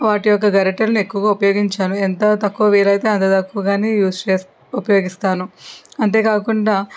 వాటి యొక్క గరిటెలను ఎక్కువగా ఉపయోగించను ఎంత తక్కువ వీలైతే అంత తక్కువగానే యూస్ చేస్తా ఉపయోగిస్తాను అంతేకాకుండా